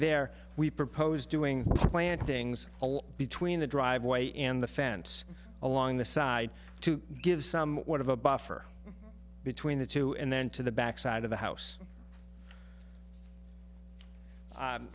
there we proposed doing plant things between the driveway and the fence along the side to give somewhat of a buffer between the two and then to the back side of the house